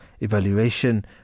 evaluation